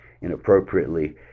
inappropriately